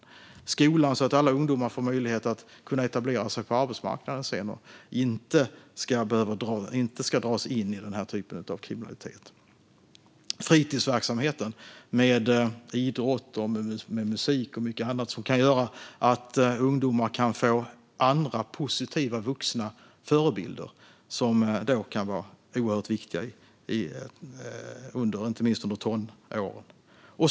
Satsningar på skolan behövs för att alla ungdomar ska få möjlighet att etablera sig på arbetsmarknaden i stället för att dras in i den här typen av kriminalitet. Satsningar på fritidsverksamhet i form av idrott, musik och mycket annat kan göra att ungdomar får andra positiva vuxna förebilder, som kan vara oerhört viktiga inte minst under tonåren.